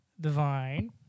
Divine